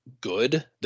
good